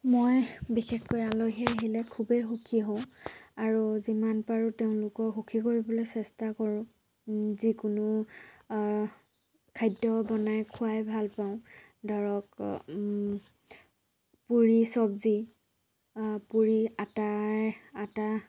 মই বিশেষকৈ আলহী আহিলে খুবেই সুখী হওঁ আৰু যিমান পাৰোঁ তেওঁলোকক সুখী কৰিবলৈ চেষ্টা কৰো যিকোনো খাদ্য বনাই খুৱাই ভাল পাওঁ ধৰক পুৰি চব্জি পুৰি আটাৰে আটা